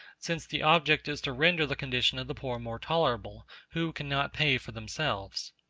since the object is to render the condition of the poor more tolerable, who cannot pay for themselves.